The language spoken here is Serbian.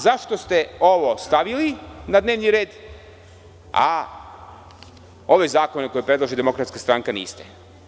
Zašto ste ovo stavili na dnevni red, a ove zakone koje predlaže DS niste?